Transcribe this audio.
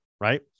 right